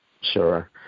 sure